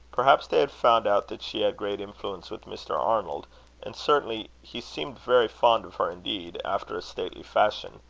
perhaps they had found out that she had great influence with mr. arnold and certainly he seemed very fond of her indeed, after a stately fashion.